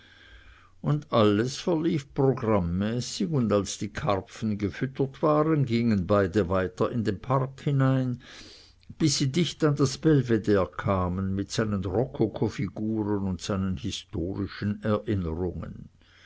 und alles verlief programmäßig und als die karpfen gefüttert waren gingen beide weiter in den park hinein bis sie bis dicht an das belvedere kamen mit seinen rokokofiguren und seinen historischen erinnerungen